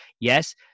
yes